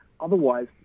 Otherwise